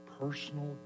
personal